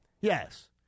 Yes